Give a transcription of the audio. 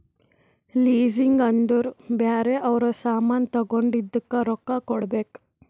leasing ಅಂದುರ್ ಬ್ಯಾರೆ ಅವ್ರ ಸಾಮಾನ್ ತಗೊಂಡಿದ್ದುಕ್ ರೊಕ್ಕಾ ಕೊಡ್ಬೇಕ್